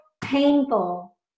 painful